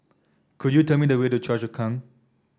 could you tell me the way to Choa Chu Kang